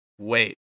Wait